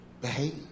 behave